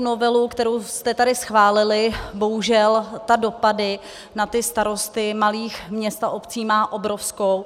Novela, kterou jste tady schválili, bohužel má dopady na starosty malých měst a obcí obrovské.